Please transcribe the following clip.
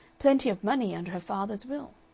plenty of money under her father's will.